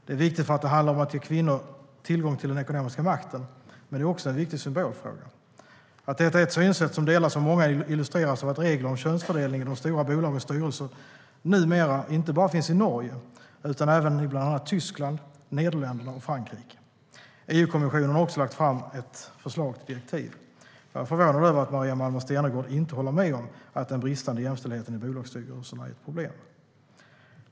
Det är viktigt för att det handlar om att ge kvinnor tillgång till den ekonomiska makten, men det är också en viktig symbolfråga. Att detta är ett synsätt som delas av många illustreras av att regler om könsfördelning i de stora bolagens styrelser numera inte bara finns i Norge utan även i bland annat Tyskland, Nederländerna och Frankrike. EU-kommissionen har också lagt fram ett förslag till direktiv. Jag är förvånad över att Maria Malmer Stenergard inte håller med om att den bristande jämställdheten i bolagsstyrelserna är ett problem.